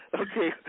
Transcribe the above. Okay